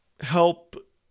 help